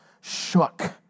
shook